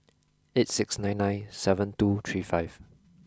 eight six nine nine seven two three five